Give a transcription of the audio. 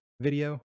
video